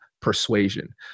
persuasion